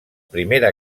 primera